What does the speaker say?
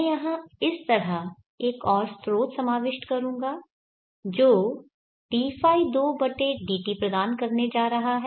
मैं यहां इस तरह एक और स्रोत समाविष्ट करूंगा जो dϕ2dt प्रदान करने जा रहा है